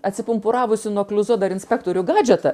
atsipumpuravusį nuo kliuzo dar inspektorių gadžetą